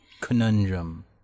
Conundrum